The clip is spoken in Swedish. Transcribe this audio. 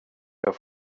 jag